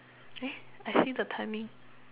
eh I see the timing